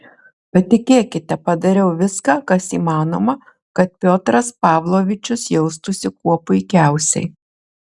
patikėkite padariau viską kas įmanoma kad piotras pavlovičius jaustųsi kuo puikiausiai